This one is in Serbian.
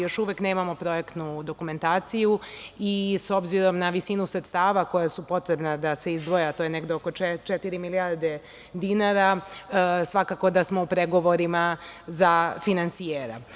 Još uvek nemamo projektnu dokumentaciju i s obzirom na visinu sredstava koja su potrebna da se izdvoje, a to je negde oko četiri milijarde dinara, svakako da smo u pregovorima za finansijera.